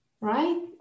Right